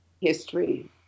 history